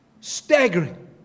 Staggering